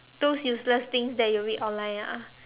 those useless things that you read online ah